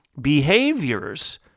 behaviors